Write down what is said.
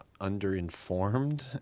under-informed